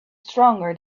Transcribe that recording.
stronger